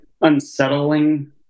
unsettling